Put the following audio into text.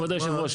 כבוד היושב ראש,